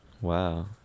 Wow